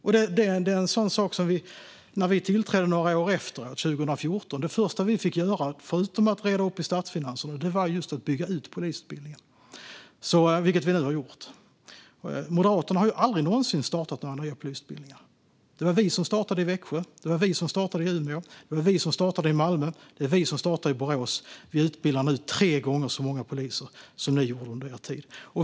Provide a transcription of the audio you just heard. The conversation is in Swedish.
Det första vi fick göra när vi tillträdde 2014 förutom att reda upp statsfinanserna var att bygga ut polisutbildningen, vilket vi nu har gjort. Moderaterna har aldrig någonsin startat några nya polisutbildningar. Det var vi som startade i Växjö. Det var vi som startade i Umeå. Det var vi som startade i Malmö. Det är vi som startar i Borås. Vi utbildar nu tre gånger så många poliser som ni gjorde under er tid.